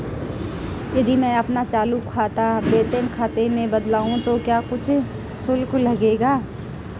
यदि मैं अपना चालू खाता वेतन खाते में बदलवाऊँ तो क्या कुछ शुल्क लगेगा?